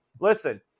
Listen